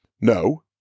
No